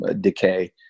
decay